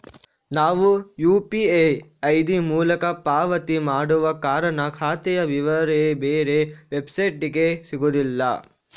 ನಾವು UPI ID ಮೂಲಕ ಪಾವತಿ ಮಾಡುವ ಕಾರಣ ಖಾತೆಯ ವಿವರ ಬೇರೆ ವೆಬ್ಸೈಟಿಗೆ ಸಿಗುದಿಲ್ಲ